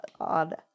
odd